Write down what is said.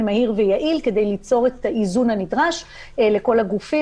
מהיר ויעיל כדי ליצור את האיזון הנדרש לכל הגופים.